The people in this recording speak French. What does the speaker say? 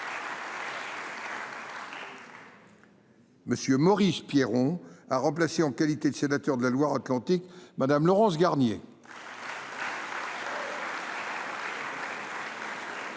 M. Maurice Perrion a remplacé, en qualité de sénateur de la Loire Atlantique, Mme Laurence Garnier,